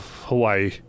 Hawaii